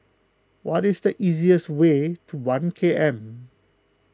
what is the easiest way to one K M